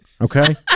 okay